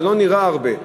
זה לא נראה הרבה.